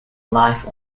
life